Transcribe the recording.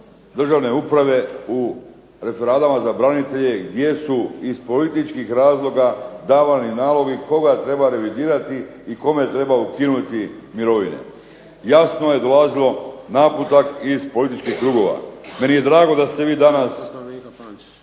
državne uprave, u referadama za branitelje gdje su iz politički razloga davani nalogi koga treba revidirati i kome treba ukinuti mirovine. Jasno je dolazilo naputak iz političkih krugova. Meni je drago da ste vi danas